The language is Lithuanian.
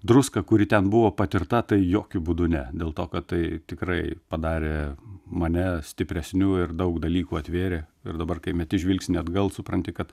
druską kuri ten buvo patirta tai jokiu būdu ne dėl to kad tai tikrai padarė mane stipresniu ir daug dalykų atvėrė ir dabar kai meti žvilgsnį atgal supranti kad